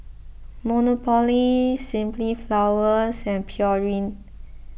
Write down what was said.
Monopoly Simply Flowers and Pureen